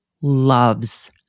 loves